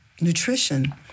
nutrition